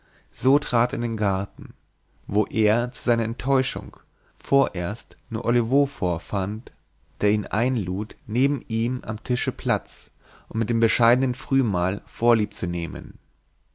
so trat er in den garten wo er zu seiner enttäuschung vorerst nur olivo vorfand der ihn einlud neben ihm am tische platz und mit dem bescheidenen frühmahl vorlieb zu nehmen